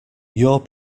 your